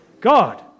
God